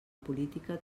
política